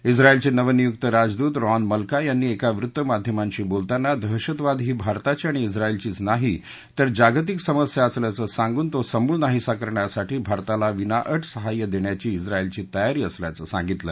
इस्रायलचे नवनियुक्त राजदूत रॉन मल्का यांनी एका वृत्तमाध्यमांशी बोलताना दहशतवाद ही भारताची आणि इस्रायलचीच नाही तर जागतिक समस्या असल्याचं सांगून तो समूळ नाहीसा करण्यासाठी भारताला विनाअट सहाय्य देण्याची इस्रायलची तयारी असल्याचं सांगितलं